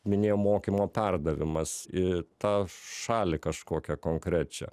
minėjau mokymo perdavimas į tą šalį kažkokią konkrečią